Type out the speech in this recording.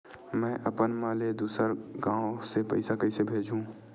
में अपन मा ला दुसर गांव से पईसा कइसे भेजहु?